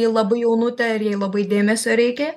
ji labai jaunutė ir jai labai dėmesio reikia